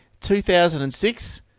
2006